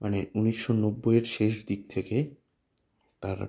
মানে ঊনিশশো নব্বইয়ের শেষ দিক থেকে তার